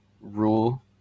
rule